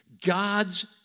God's